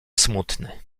smutny